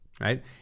right